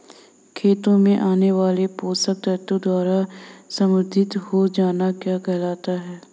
खेतों में आने वाले पोषक तत्वों द्वारा समृद्धि हो जाना क्या कहलाता है?